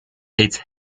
its